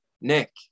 Nick